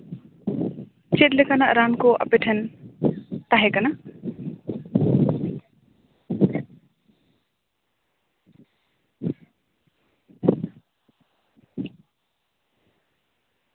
ᱪᱮᱫᱞᱮᱠᱟᱱᱟᱜ ᱨᱟᱱ ᱠᱚ ᱟᱯᱮ ᱴᱷᱮᱱ ᱛᱟᱦᱮᱸᱠᱟᱱᱟ